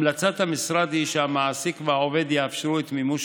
המלצת המשרד היא שהמעסיק והעובד יאפשרו את מימוש